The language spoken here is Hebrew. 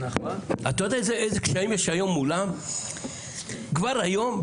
אתה יודע איזה קשיים יש היום מולם כבר היום,